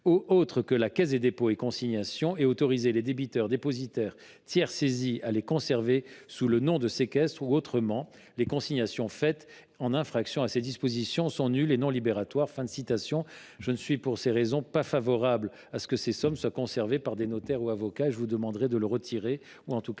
autres que la Caisse des dépôts et consignations et autoriser les débiteurs, dépositaires, tiers saisis, à les conserver sous le nom de séquestre ou autrement. Les consignations faites en infraction à ces dispositions sont nulles et non libératoires. » Je ne suis donc pas favorable à ce que de telles sommes soient conservées par des notaires ou des avocats. La commission demande le retrait de cet